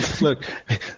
look